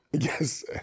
Yes